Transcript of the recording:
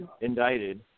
indicted